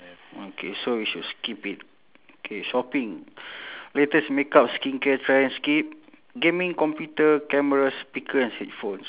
okay so we should skip it okay shopping latest makeup skincare trends skip gaming computer cameras speaker and headphones